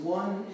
one